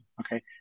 okay